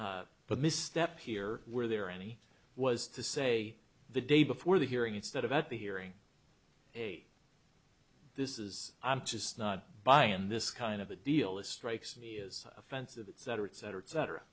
s but misstep here where there are any was to say the day before the hearing instead of at the hearing this is i'm just not buying this kind of a deal that strikes me is offensive cetera et cetera et cetera